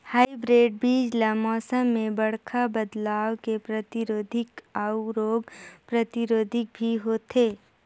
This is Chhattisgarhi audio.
हाइब्रिड बीज ल मौसम में बड़खा बदलाव के प्रतिरोधी अऊ रोग प्रतिरोधी भी होथे